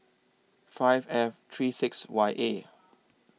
five F three six Y A